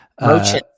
Motion